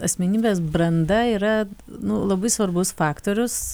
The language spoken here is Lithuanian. asmenybės branda yra nu labai svarbus faktorius